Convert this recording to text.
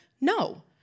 No